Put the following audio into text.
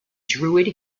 druid